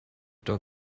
dog